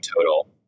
total